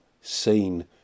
seen